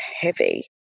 heavy